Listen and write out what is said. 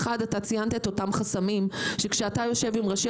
אתה ציינת את אותם חסמים שכשאתה יושב עם ראשי